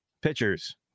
pitchers